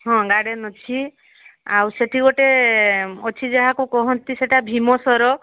ହଁ ଗାର୍ଡ଼େନ ଅଛି ଆଉ ସେଇଠି ଗୋଟେ ଅଛି ଯାହାକୁ କୁହନ୍ତି ସେଇଟା ଭୀମସର